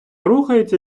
рухається